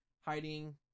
hiding